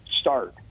start